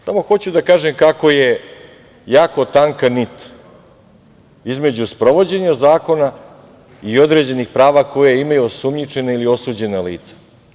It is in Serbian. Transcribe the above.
Samo hoću da kažem kako je jako tanka nit između sprovođenja zakona i određenih prava koja imaju osumnjičena ili osuđena lica.